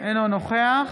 אינו נוכח